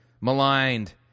maligned